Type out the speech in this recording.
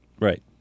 Right